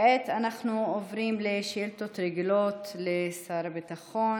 כעת אנחנו עוברים לשאילתות רגילות לשר הביטחון.